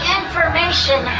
information